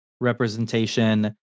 representation